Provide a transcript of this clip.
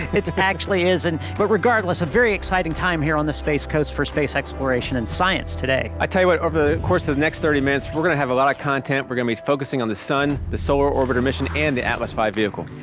it actually isn't. but regardless, a very exciting time here on the space coast for space exploration and science today. i tell you what, over the course of the next thirty minutes, we're gonna have a lot of content. we're gonna be focusing on the sun, the solar orbiter mission, and the atlas v vehicle.